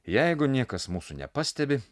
jeigu niekas mūsų nepastebi